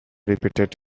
repeated